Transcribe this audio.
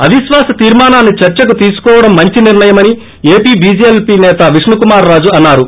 అవిశ్వాస తీర్కానాన్ని చర్చకు తీసుకోవడం మంచి నిర్ణయమని ఏపీ చీజేఎలోపీ నేత విష్ణుకుమార్ రాజు అన్నారు